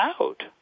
out